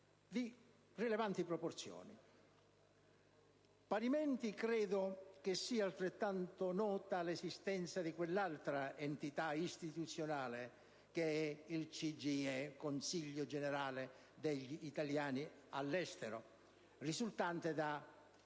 Parimenti credo sia altrettanto nota l'esistenza di un'altra entità istituzionale, il CGIE, ossia il Consiglio generale degli italiani all'estero, risultante